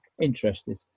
interested